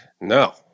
No